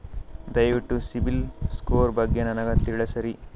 ದಯವಿಟ್ಟು ಸಿಬಿಲ್ ಸ್ಕೋರ್ ಬಗ್ಗೆ ನನಗ ತಿಳಸರಿ?